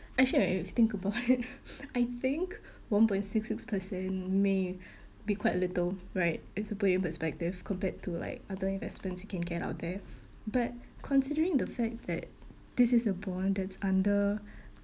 actually right I was thinking about it I think one point six six percent may be quite little right if you put it into perspective compared to like other investments you can get out there but considering the fact that this is a bond that's under